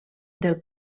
del